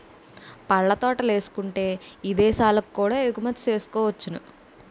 పళ్ళ తోటలేసుకుంటే ఇదేశాలకు కూడా ఎగుమతి సేసుకోవచ్చును